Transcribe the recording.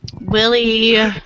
Willie